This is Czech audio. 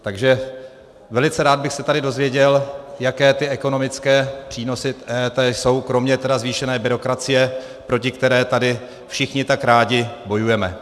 Takže velice rád bych se tady dozvěděl, jaké ty ekonomické přínosy EET jsou, kromě teda zvýšené byrokracie, proti které tady všichni tak rádi bojujeme.